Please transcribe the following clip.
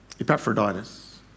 Epaphroditus